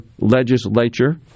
legislature